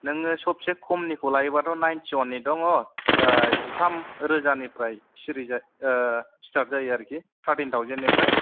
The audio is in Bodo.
नोङो सबसे खमनिखौ लायोबाथ' नाइनथिवाननि दङ जिथाम रोजानिफ्राय सिरि जा सिथार जायो आरखि थारथिन थावजेन निफ्राय